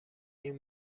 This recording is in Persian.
این